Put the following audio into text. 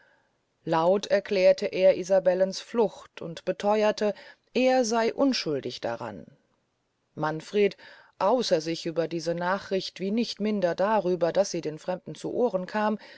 laut erklärt er isabellens flucht und betheuerte er sey unschuldig daran manfred außer sich über diese nachricht wie nicht minder darüber daß sie den fremden zu ohren kam